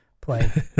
play